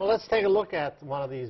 well let's take a look at one of these